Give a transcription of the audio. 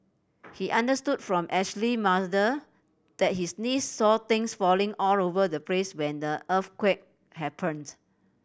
he understood from Ashley mother that his niece saw things falling all over the place when the earthquake happened